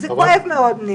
זה כואב מאוד.